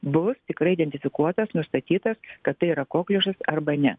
bus tikrai identifikuotas nustatytas kad tai yra kokliušas arba ne